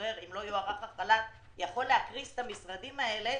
להשתחרר אם לא יוארך החל"ת יכול להקריס את המשרדים האלה